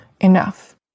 enough